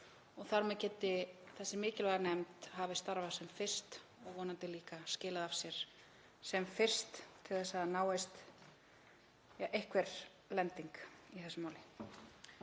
og þar með geti þessi mikilvæga nefnd hafið störf sem fyrst og vonandi líka skilað af sér sem fyrst til að það náist einhver lending í þessu máli.